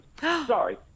Sorry